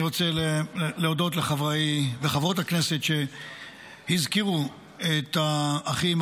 אני רוצה להודות לחברי וחברות הכנסת שהזכירו את האחים,